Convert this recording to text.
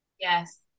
yes